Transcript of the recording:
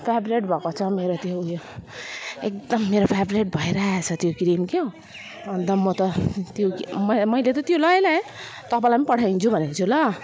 favourite भएको छ मेरो त्यो ऊ यो एकदम मेरो फेभरेट भइरहेछ त्यो क्रिम के हो अन्त म त त्यो कि मैले त त्यो लगाएँ लगाएँ तपाईँलाई पनि पठाइदिन्छु भनेको छु ल